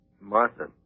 Martha